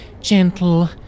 gentle